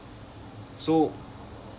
so